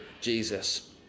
jesus